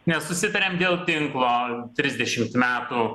nesusitariam dėl tinklo trisdešimt metų